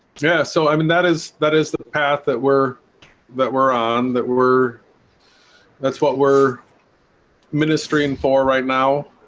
yeah so i mean that is that is the path that we're that we're on that we were that's what we're ministry, and for right now